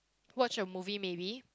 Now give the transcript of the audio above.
watch a movie maybe